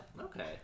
Okay